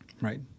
right